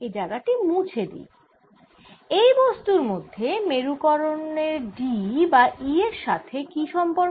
এই জায়গা টি মুছে দিই এই বস্তুর মধ্যে মেরুকরনের D বা E এর সাথে কি সম্পর্ক